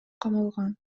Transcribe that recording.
камалган